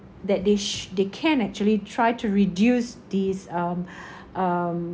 that they sh~ they can actually try to reduce these um